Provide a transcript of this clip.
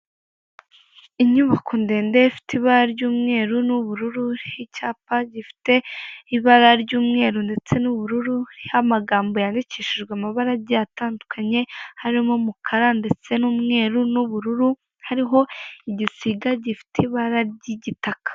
Inyubako ndende ifite ibara ry'umweru n'ubururu, icyapa gifite ibara ry'umweru ndetse n'ubururu, hariho amagambo yandikishijwe amabara agiye atandukanye, harimo umukara ndetse n'umweru n'ubururu, hariho igisiga gifite ibara ry'igitaka.